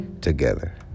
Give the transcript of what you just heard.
together